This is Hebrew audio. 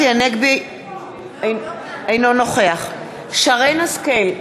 אינו נוכח שרן השכל,